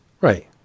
Right